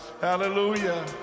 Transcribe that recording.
hallelujah